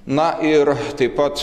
na ir taip pat